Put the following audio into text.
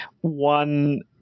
one